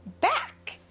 back